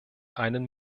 einen